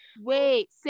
Wait